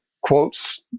quotes